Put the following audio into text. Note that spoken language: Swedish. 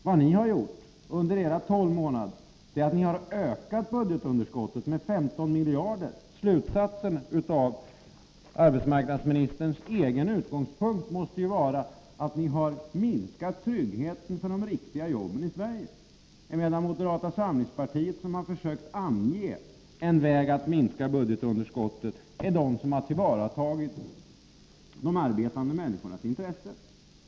Vad ni har gjort under era tolv månader är att ni har ökat budgetunderskottet med 15 miljarder. Slutsatsen måste med arbetsmarknadsministerns egen utgångspunkt bli att ni har minskat tryggheten för de riktiga jobben i Sverige, medan moderata samlingspartiet, som har försökt anvisa en väg att minska budgetunderskottet, har tillvaratagit de arbetande människornas intresse.